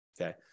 okay